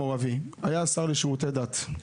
שהיה השר לשירותי דת.